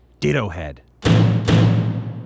DittoHead